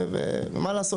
ומה לעשות?